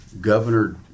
Governor